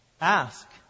Ask